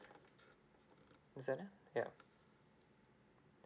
understand ya yup